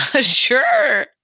Sure